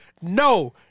No